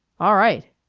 all right!